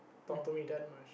talk to me that much